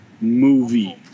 movie